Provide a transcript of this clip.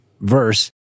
verse